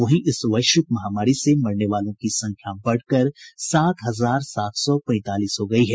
वहीं इस वैश्विक महामारी से मरने वालों की संख्या बढ़कर सात हजार सात सौ पैंतालीस हो गई है